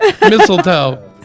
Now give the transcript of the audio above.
Mistletoe